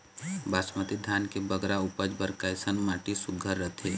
बासमती धान के बगरा उपज बर कैसन माटी सुघ्घर रथे?